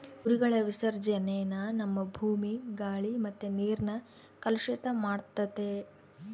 ಕುರಿಗಳ ವಿಸರ್ಜನೇನ ನಮ್ಮ ಭೂಮಿ, ಗಾಳಿ ಮತ್ತೆ ನೀರ್ನ ಕಲುಷಿತ ಮಾಡ್ತತೆ